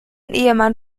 ehemann